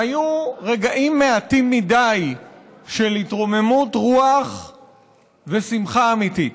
והיו רגעים מעטים מדי של התרוממות רוח ושמחה אמיתית,